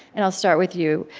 and i'll start with you,